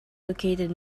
located